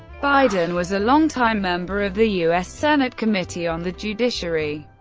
biden was a long-time member of the u s. senate committee on the judiciary.